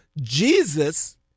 Jesus